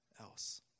else